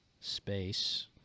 Space